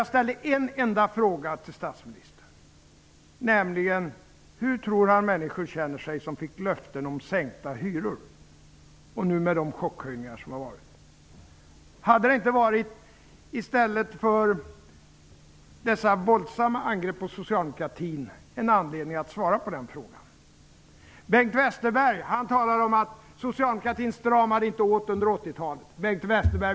Jag ställde en enda fråga till statsministern, nämligen hur han tror att människor som fick löften om sänkta hyror känner sig efter de chockhöjningar som gjorts. Hade det inte funnits anledning att svara på den frågan i stället för att göra dessa våldsamma angrepp på socialdemokratin? Bengt Westerberg talar om att socialdemokratin inte stramade åt under 80-talet.